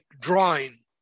drawing